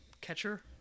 catcher